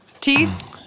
teeth